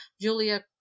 Julia